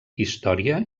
història